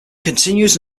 continues